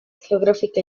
geográfica